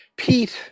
Pete